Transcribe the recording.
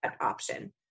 Option